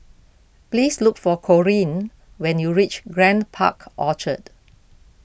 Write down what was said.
please look for Corinne when you reach Grand Park Orchard